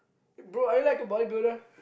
bro are you like a body builder